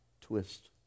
twist